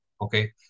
Okay